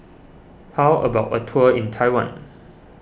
how about a tour in Taiwan